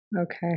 Okay